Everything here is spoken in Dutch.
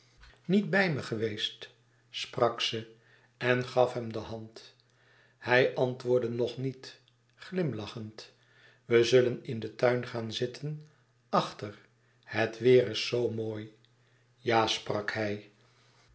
niet bij me geweest sprak ze en gaf hem de hand hij antwoordde nog niet glimlachend we zullen in den tuin gaan zitten achter het weêr is zoo mooi ja sprak hij